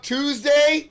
Tuesday